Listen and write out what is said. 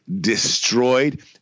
destroyed